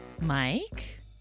Mike